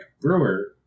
Brewer